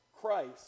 Christ